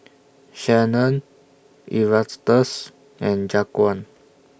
Shanon Erastus and Jaquan